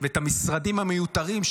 ואת המשרדים המיותרים,